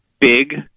big